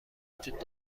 وجود